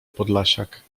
podlasiak